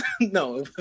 no